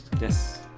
Yes